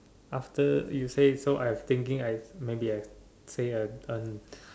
after you say so I'm thinking I've maybe I say I'm done